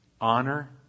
honor